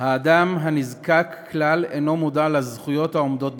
האדם הנזקק כלל אינו מודע לזכויות העומדות בפניו.